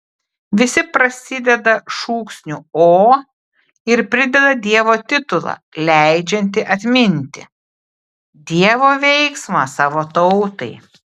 visi prasideda šūksniu o ir prideda dievo titulą leidžiantį atminti dievo veiksmą savo tautai